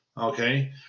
okay